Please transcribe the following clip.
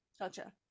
gotcha